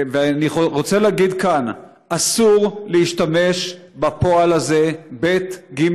אני רוצה להגיד כאן: אסור להשתמש בפועל הזה בג"ד,